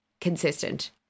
consistent